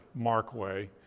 Markway